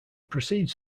proceeds